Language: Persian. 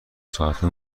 ساعته